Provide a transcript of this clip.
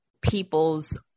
people's